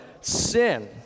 sin